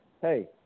Hey